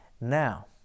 now